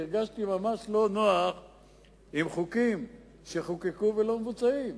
הרגשתי ממש לא נוח שחוקים שחוקקו לא מבוצעים.